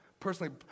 personally